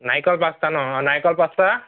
নাৰিকল পাঁচটা ন নাৰিকল পাঁচটা